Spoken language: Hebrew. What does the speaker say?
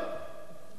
זאת האמת.